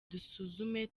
dusuzume